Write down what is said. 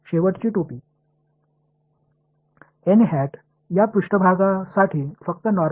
எனவே என்னிடத்தில் இங்கே இருக்கிறது இந்த பக்கத்தில் இருக்கிறது